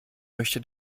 möchte